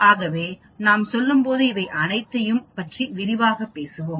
ஆகவே நாம் செல்லும்போது இவை அனைத்தையும் பற்றி விரிவாகப் பேசுவோம்